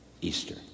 Easter